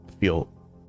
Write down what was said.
feel